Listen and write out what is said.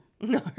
No